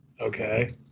Okay